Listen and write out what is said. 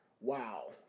Wow